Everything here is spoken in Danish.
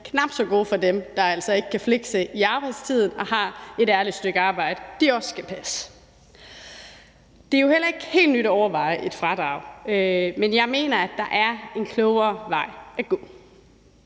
knap så gode for dem, der altså ikke kan flekse i arbejdstiden og har et ærligt stykke arbejde, de også skal passe. Det er jo heller ikke nyt at overveje et fradrag, men jeg mener, at der er en klogere vej at gå.